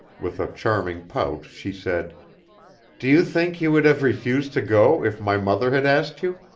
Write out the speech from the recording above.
with a charming pout she said do you think you would have refused to go if my mother had asked you?